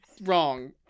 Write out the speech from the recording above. wrong